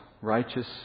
righteous